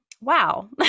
wow